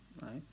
right